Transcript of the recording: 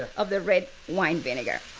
ah of the red wine vinegar.